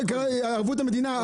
ערבות המדינה,